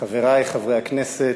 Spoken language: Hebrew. חברי חברי הכנסת,